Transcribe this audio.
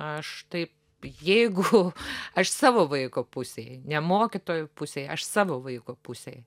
aš taip jeigu aš savo vaiko pusėj ne mokytojų pusėj aš savo vaiko pusėj